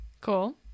Cool